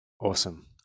Awesome